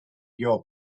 your